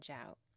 out